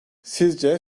sizce